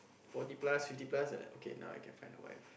forty plus fifty plus then like okay now I can find a wife